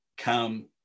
come